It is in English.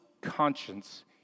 conscience